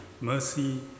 mercy